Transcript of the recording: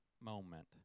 Moment